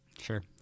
Sure